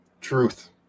truth